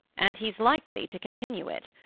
and he's likely to continue it.